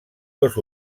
dos